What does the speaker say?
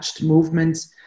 movements